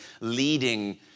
leading